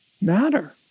matter